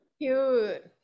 cute